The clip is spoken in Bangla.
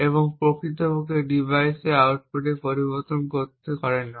এবং প্রকৃতপক্ষে ডিভাইসের আউটপুট পরিবর্তন করে না